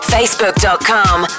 Facebook.com